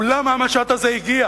היא למה המשט הזה הגיע,